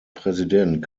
präsident